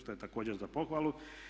To je također za pohvalu.